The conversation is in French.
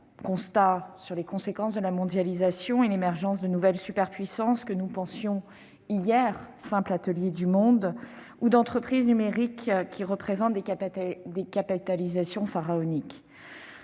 portent sur les conséquences de la mondialisation et l'émergence de nouvelles superpuissances, que nous pensions, hier, simples ateliers du monde, ou d'entreprises numériques représentant des capitalisations pharaoniques.